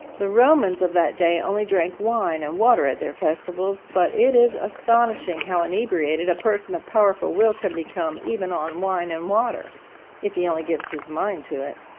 the romans of that day only drank wine and water at their festivals, but it is astonishing how inebriated a person of powerful will can become even on wine and water if he only gives his mind to it.